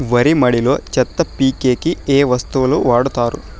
వరి మడిలో చెత్త పీకేకి ఏ వస్తువులు వాడుతారు?